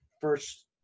first